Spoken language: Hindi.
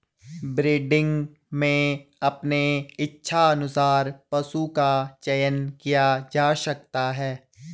ब्रीडिंग में अपने इच्छा अनुसार पशु का चयन किया जा सकता है